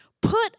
put